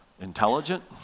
intelligent